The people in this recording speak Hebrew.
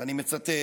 ואני מצטט: